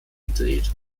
gedreht